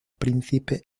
príncipe